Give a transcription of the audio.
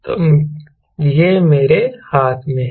तो यह मेरे हाथ में है